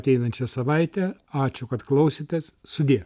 ateinančią savaitę ačiū kad klausėtės sudie